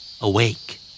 Awake